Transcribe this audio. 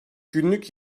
günlük